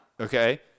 Okay